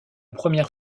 première